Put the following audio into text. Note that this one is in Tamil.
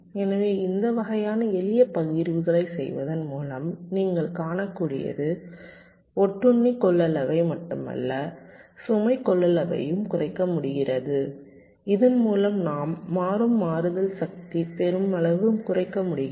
எனவே இந்த வகையான எளிய பகிர்வுகளைச் செய்வதன் மூலம் நீங்கள் காணக்கூடியது ஒட்டுண்ணி கொள்ளளவை மட்டுமல்ல சுமை கொள்ளளவையும் குறைக்க முடிகிறது இதன் மூலம் நாம் மாறும் மாறுதல் சக்தியை பெருமளவில் குறைக்க முடிகிறது